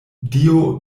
dio